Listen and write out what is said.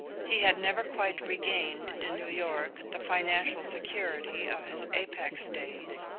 he had never quite regained, in new york, the financial security of his apex days.